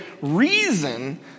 reason